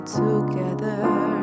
together